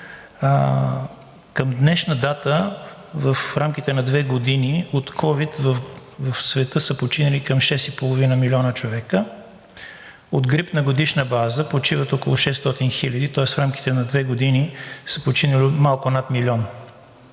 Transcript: Към днешна дата в рамките на две години от ковид в света са починали към 6,5 милиона човека. От грип на годишна база почиват около 600 хиляди, тоест в рамките на две години са починали малко над милион.